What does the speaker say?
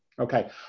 Okay